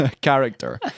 character